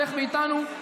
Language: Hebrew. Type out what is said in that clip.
לך מאיתנו,